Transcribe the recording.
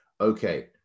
Okay